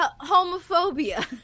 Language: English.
Homophobia